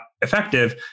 effective